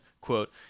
quote